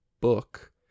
book